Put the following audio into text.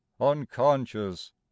unconscious